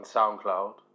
SoundCloud